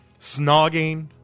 Snogging